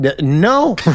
No